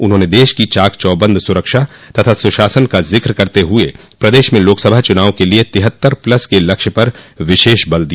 उन्होंने देश की चाक चौबंद सुरक्षा तथा सुशासन का जिक करते हुए प्रदेश में लोकसभा चुनाव के लिए तिहत्तर प्लस के लक्ष्य पर विशेष बल दिया